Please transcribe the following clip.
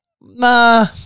nah